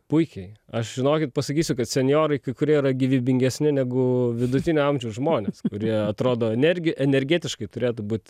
puikiai aš žinokit pasakysiu kad senjorai kai kurie yra gyvybingesni negu vidutinio amžiaus žmonės kurie atrodo energi energetiškai turėtų būt